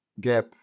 gap